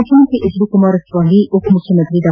ಮುಖ್ಯಮಂತ್ರಿ H D Kumaraswamy ಉಪ ಮುಖ್ಯಮಂತ್ರಿ ಡಾ